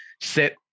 sit